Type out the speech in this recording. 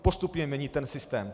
Postupně měnit ten systém.